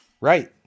Right